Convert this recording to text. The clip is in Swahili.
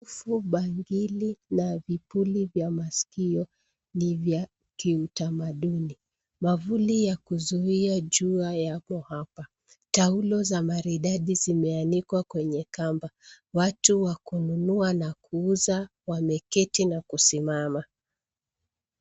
Mikufu, bangili na vipuli vya masikio ni vya kiutamaduni. Mwavuli ya kuzuia jua yamo hapa. Taulo za maridadi zimeanikwa kwenye kamba. Watu wa kununua na kuuza wameketi na kusimama.